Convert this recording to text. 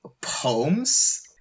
poems